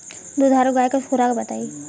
दुधारू गाय के खुराक बताई?